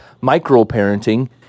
micro-parenting